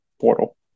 portal